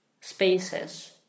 spaces